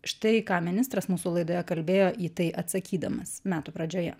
štai ką ministras mūsų laidoje kalbėjo į tai atsakydamas metų pradžioje